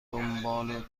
دنبال